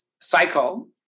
cycle